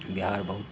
बिहार बहुत